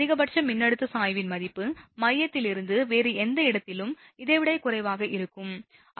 அதிகபட்ச மின்னழுத்த சாய்வின் மதிப்பு மையத்திலிருந்து வேறு எந்த இடத்திலும் இதை விட குறைவாக இருக்கும்